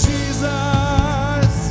Jesus